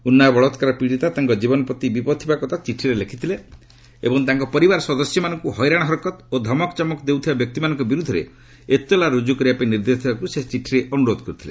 ଉନ୍ନାବ ବଳାକାର ପୀଡ଼ିତା ତାଙ୍କ ଜୀବନ ପ୍ରତି ବିପଦ ଥିବା କଥା ଚିଠିରେ ଲେଖିଥିଲେ ଏବଂ ତାଙ୍କ ପରିବାର ସଦସ୍ୟମାନଙ୍କୁ ହଇରାଣ ହରକତ ଓ ଧମକ ଚମକ ଦେଉଥିବା ବ୍ୟକ୍ତିମାନଙ୍କ ବିରୋଧରେ ଏତଲା ରୁଜ୍ଜୁ କରିବାପାଇଁ ନିର୍ଦ୍ଦେଶ ଦେବାକୁ ସେ ଚିଠିରେ ଅନୁରୋଧ କରିଥିଲେ